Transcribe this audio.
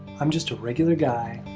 i'm just a regular guy,